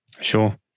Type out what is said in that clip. Sure